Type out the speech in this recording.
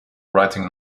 writing